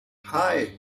hei